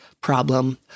problem